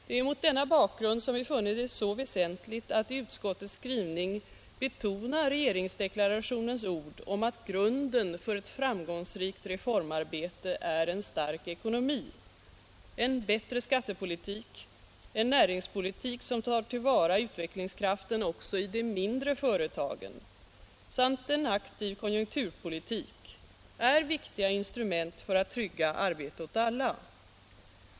Det är mot den här bakgrunden som vi funnit det så väsentligt att i utskottets skrivning betona regeringsdeklarationens ord om att grunden för ett framgångsrikt reformarbete är en stark ekonomi. En bättre skattepolitik, en näringspolitik som tar till vara utvecklingskraften också i de mindre företagen samt en aktiv konjunkturpolitik är viktiga instrument för att trygga arbete åt alla.